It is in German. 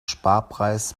sparpreis